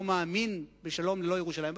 לא מאמין בשלום ללא ירושלים,